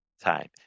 time